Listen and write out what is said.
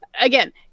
again